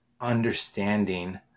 understanding